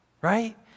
right